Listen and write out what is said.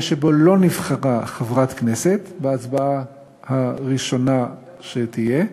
שלא נבחרה חברת כנסת בהצבעה הראשונה שתהיה,